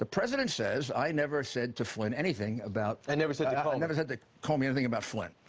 ah president says, i never said to flynn anything about i never said to comey. i never said to comey anything about flynn.